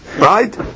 Right